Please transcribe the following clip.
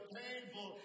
painful